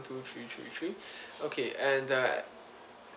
two three three three okay and uh